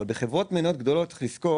אם חברה גדולה שיש לה